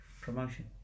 promotion